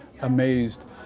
amazed